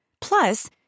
Plus